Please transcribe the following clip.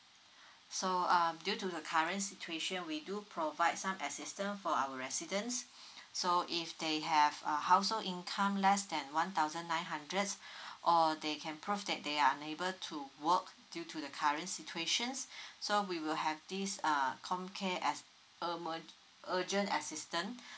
so um due to the current situation we do provide some assistance for our residence so if they have a household income less than one thousand nine hundreds or they can prove that they're unable to work due to the current situations so we will have this uh comcare as~ emer~ urgent assistance